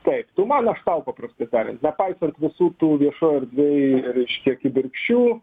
taip tu man aš tau paprastai tariant nepaisant visų tų viešoj erdvėj reiškia kibirkščių